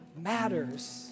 matters